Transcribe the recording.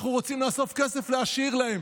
אנחנו רוצים לאסוף כסף להשאיר להם,